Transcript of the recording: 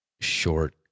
short